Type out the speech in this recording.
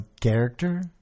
character